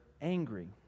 angry